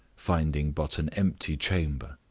finding but an empty chamber,